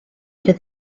fydd